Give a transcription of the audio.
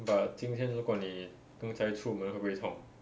but 今天如果你不用再出门会不会痛